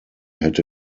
had